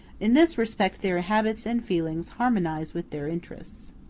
in this respect their habits and feelings harmonize with their interests.